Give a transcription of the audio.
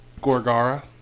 Gorgara